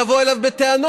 לבוא אליו בטענות.